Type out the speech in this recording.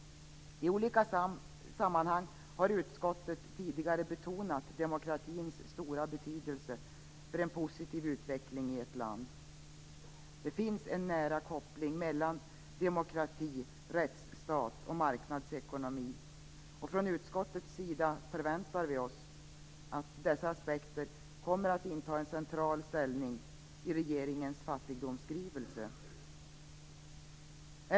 I olika sammanhang har utskottet tidigare betonat demokratins stora betydelse för en positiv utveckling i ett land. Det finns en nära koppling mellan demokrati, rättsstat och marknadsekonomi, och från utskottets sida förväntar vi oss att dessa aspekter kommer att inta en central ställning i regeringens fattigdomsskrivelse.